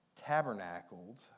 tabernacled